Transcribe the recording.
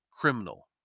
criminal